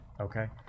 Okay